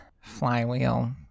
flywheel